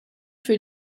für